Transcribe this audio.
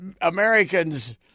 Americans